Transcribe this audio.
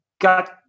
got